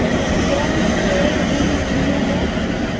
Bank से ऋण लुमू?